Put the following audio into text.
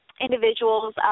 individuals